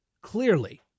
clearly